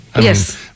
Yes